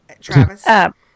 Travis